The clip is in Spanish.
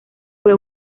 fue